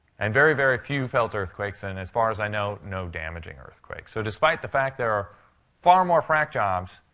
and very, very few felt earthquakes, and as far as i know, no damaging earthquakes. so despite the fact there are far more frac jobs,